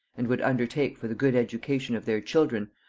and would undertake for the good education of their children,